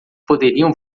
poderiam